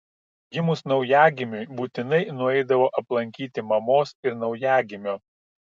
gimus naujagimiui būtinai nueidavo aplankyti mamos ir naujagimio